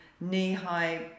knee-high